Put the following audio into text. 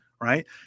right